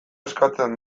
eskatzen